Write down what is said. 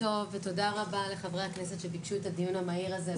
בוקר טוב ותודה רבה לחברי הכנסת שביקשו את הדיון המהיר הזה,